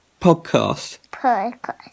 Podcast